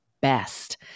best